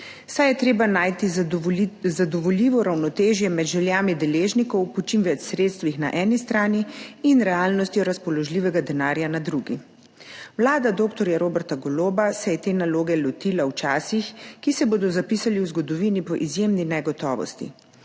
saj je treba najti zadovoljivo ravnotežje med željami deležnikov po čim več sredstvih na eni strani in realnostjo razpoložljivega denarja na drugi. Vlada dr. Roberta Goloba se je te naloge lotila v časih, ki se bodo zapisali v zgodovino po izjemni negotovosti.